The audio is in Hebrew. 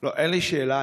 אין לי שאלה.